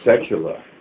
secular